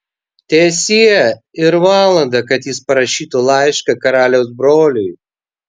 teesie ir valandą kad jis parašytų laišką karaliaus broliui